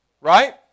Right